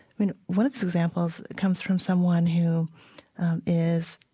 mean, one of the examples comes from someone who is